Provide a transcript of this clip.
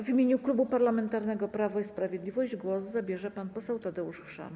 W imieniu Klubu Parlamentarnego Prawo i Sprawiedliwość głos zabierze pan poseł Tadeusz Chrzan.